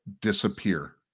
disappear